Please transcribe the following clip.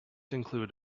include